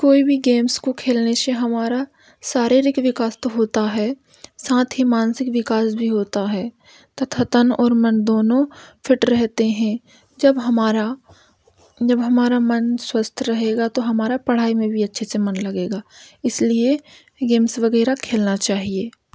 कोई भी गेम्स को खेलने से हमारा शारीरिक विकास तो होता है साथ ही मानसिक विकास भी होता है तथा तन और मन दोनों फिट रहते हैं जब हमारा जब हमारा मन स्वस्थ रहेगा तो हमारा पढ़ाई में भी अच्छे से मन लगेगा इसलिए गेम्स वगैरह खेलना चाहिए